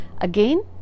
again